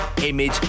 image